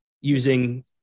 using